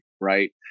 right